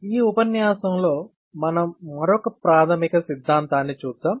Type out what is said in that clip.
ఈ ఉపన్యాసం లో మనం మరొక ప్రాథమిక సిద్ధాంతాన్ని చూద్దాం